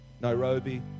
Nairobi